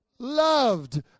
loved